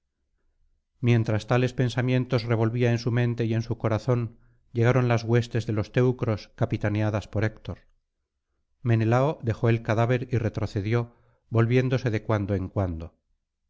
mientras tales pensamientos revolvía en su mente y en sucorazón llegaron las huestes de los teucros capitaneadas por héctor menelao dejó el cadáver y retrocedió volviéndose de cuando en cuando